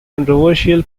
controversial